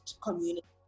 community